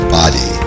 body